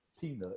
Peanut